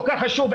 כל כך חשוב,